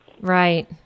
Right